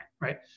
right